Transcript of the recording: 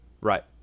Right